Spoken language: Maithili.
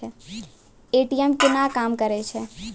ए.टी.एम केना काम करै छै?